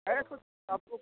अरे फ़िर आपको